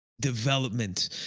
development